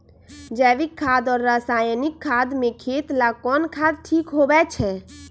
जैविक खाद और रासायनिक खाद में खेत ला कौन खाद ठीक होवैछे?